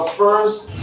first